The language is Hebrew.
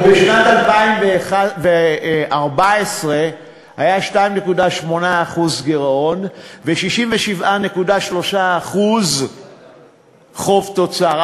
בשנת 2014 היה 2.8% גירעון ו-67.3% חוב תוצר,